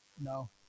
no